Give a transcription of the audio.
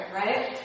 right